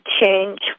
change